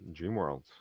Dreamworld